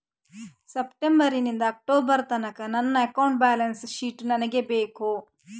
September ನಿಂದ October ತನಕ ನನ್ನ ಅಕೌಂಟ್ ಬ್ಯಾಲೆನ್ಸ್ ಶೀಟ್ ನನಗೆ ಬೇಕು